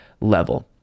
level